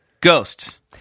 Ghosts